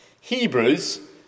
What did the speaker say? Hebrews